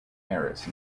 harris